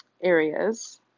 areas